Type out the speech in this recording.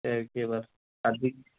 এবার